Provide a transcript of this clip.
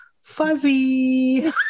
fuzzy